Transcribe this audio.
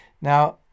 Now